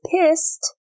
pissed